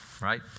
right